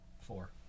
Four